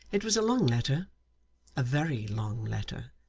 it was a long letter a very long letter,